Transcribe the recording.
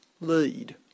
lead